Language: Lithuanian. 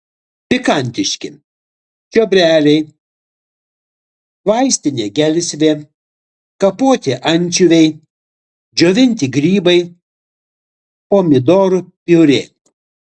pikantiški čiobreliai vaistinė gelsvė kapoti ančiuviai džiovinti grybai pomidorų piurė